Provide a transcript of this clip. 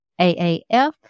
AAF